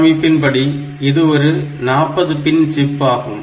கட்டமைப்பின்படி இது ஒரு 40 pin chip ஆகும்